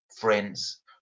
friends